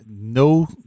no